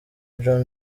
john